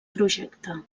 projecte